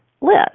list